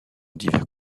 divers